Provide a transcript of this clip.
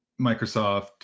microsoft